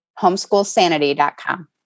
Homeschoolsanity.com